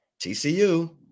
TCU